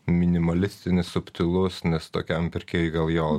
minimalistinis subtilus nes tokiam pirkėjui gal jo